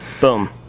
boom